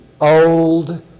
old